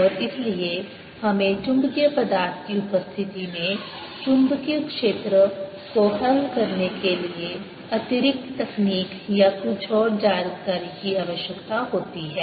और इसलिए हमें चुंबकीय पदार्थ की उपस्थिति में चुंबकीय क्षेत्र को हल करने के लिए अतिरिक्त तकनीक या कुछ और जानकारी की आवश्यकता होती है